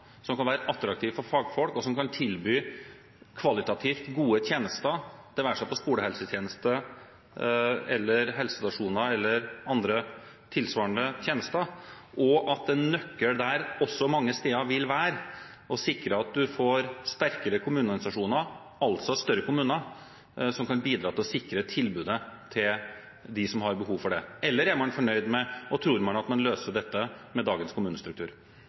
som kan være attraktive for fagfolk, og som kan tilby kvalitativt gode tjenester, det være seg innen skolehelsetjeneste, helsestasjoner eller andre tilsvarende tjenester, og at en nøkkel mange steder vil være å sikre at man får sterkere kommuneorganisasjoner, altså større kommuner, som kan bidra til å sikre tilbudene til dem som har behov for det? Eller er man fornøyd – og tror man kan løse dette – med dagens kommunestruktur?